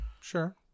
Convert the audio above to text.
sure